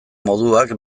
moduak